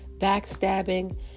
backstabbing